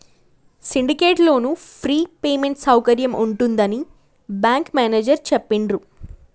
syndicate loan free payment సౌకర్యం ఉంటుందని bank manager చెప్పిండ్రు